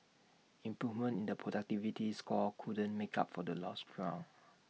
improvement in the productivity score couldn't make up for the lost ground